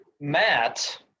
matt